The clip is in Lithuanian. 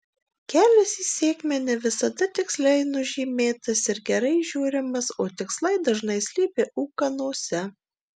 kelias į sėkmę ne visada tiksliai nužymėtas ir gerai įžiūrimas o tikslai dažnai slypi ūkanose